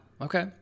okay